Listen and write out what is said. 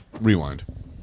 Rewind